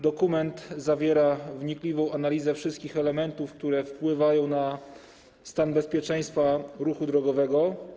Dokument zawiera wnikliwą analizę wszystkich elementów, które wpływają na stan bezpieczeństwa ruchu drogowego.